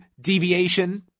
deviation